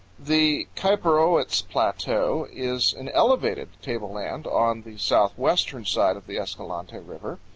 the kaiparowits plateau is an elevated table-land on the southwestern side of the escalante river.